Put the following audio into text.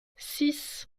six